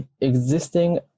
existing